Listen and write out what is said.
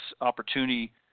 opportunity